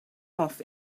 off